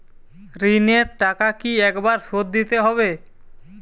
ঋণের টাকা কি একবার শোধ দিতে হবে?